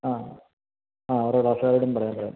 ആ ആ ഓരോ ക്ലാസുകാരോടും പറയാൻ പറയാം